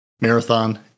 Marathon